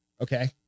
Okay